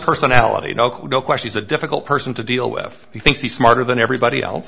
personality no question is a difficult person to deal with he thinks he's smarter than everybody else